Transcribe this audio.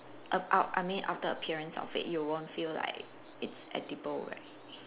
err out I mean outer appearance of it you won't feel like it's edible right